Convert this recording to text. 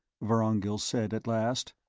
vorongil said at last.